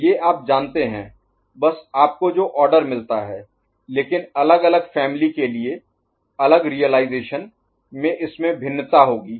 तो ये आप जानते हैं बस आपको जो ऑर्डर मिलता है लेकिन अलग अलग फॅमिली के लिए अलग रियलाईज़ेशन में इसमें भिन्नता होगी